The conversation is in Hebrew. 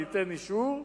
ייתן אישור,